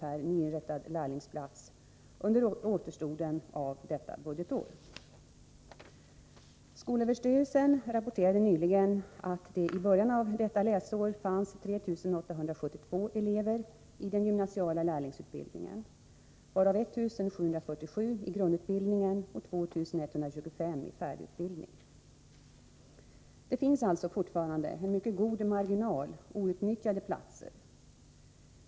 per nyinrättad lärlingsplats under återstoden av detta budgetår. Skolöverstyrelsen rapporterade nyligen att det i början av detta läsår fanns 3872 elever i den gymnasiala lärlingsutbildningen, varav 1747 i grundutbildning och 2125 i färdigutbildning. Det finns alltså fortfarande en mycket god marginal outnyttjade platser.